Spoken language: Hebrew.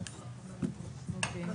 אוקיי.